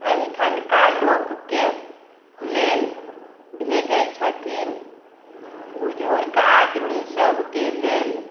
अहिठनका लोकके लेल भेजय छथिन बुजुर्ग आदमी सभके लेल